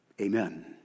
amen